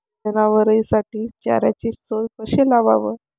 जनावराइसाठी चाऱ्याची सोय कशी लावाव?